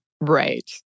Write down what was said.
Right